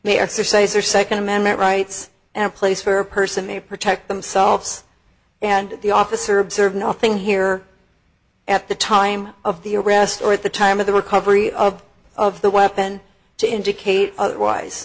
may exercise their second amendment rights and a place for person may protect themselves and the officer observed nothing here at the time of the arrest or at the time of the recovery of of the weapon to indicate otherwise